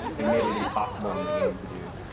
they made it impossible in the game to do.